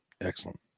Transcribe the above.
Excellent